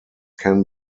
can